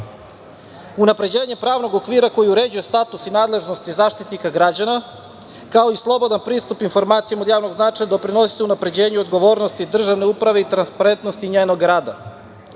uprave. Unapređenjem pravnog okvira koji uređuje status i nadležnosti Zaštitnika građana, kao i slobodan pristup informacijama od javnog značaja doprinosi se unapređenju odgovornosti državne uprave i transparentnosti njenog rada.